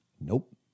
Nope